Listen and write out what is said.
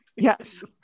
Yes